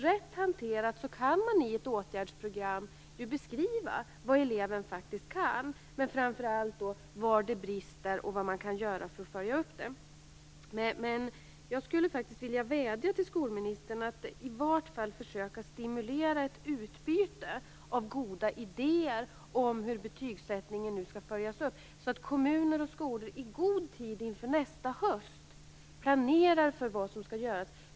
Rätt hanterat kan man i ett åtgärdsprogram beskriva vad eleven faktiskt kan, men framför allt var det brister och vad man kan göra för att följa upp det. Jag skulle vilja vädja till skolministern att i varje fall försöka stimulera ett utbyte av goda idéer om hur betygsättningen nu skall följas upp, så att kommuner och skolor i god tid inför nästa höst planerar för vad som skall göras.